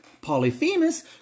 Polyphemus